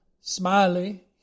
Smiley